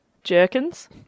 Jerkins